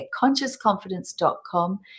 ConsciousConfidence.com